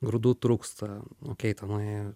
grūdų trūksta okei tenai